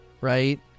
right